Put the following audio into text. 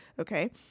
Okay